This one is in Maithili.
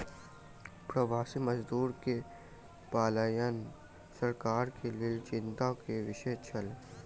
प्रवासी मजदूर के पलायन सरकार के लेल चिंता के विषय छल